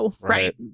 right